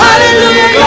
Hallelujah